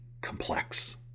complex